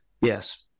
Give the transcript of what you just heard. Yes